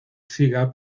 siga